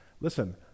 listen